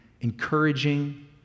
encouraging